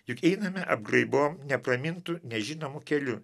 juk einame apgraibom nepramintu nežinomu keliu